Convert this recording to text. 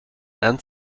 and